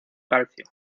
calcio